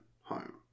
home